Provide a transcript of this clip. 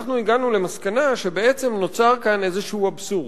אנחנו הגענו למסקנה שנוצר כאן איזשהו אבסורד.